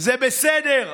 זה בסדר,